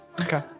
Okay